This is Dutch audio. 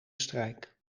strijk